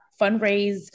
fundraise